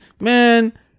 Man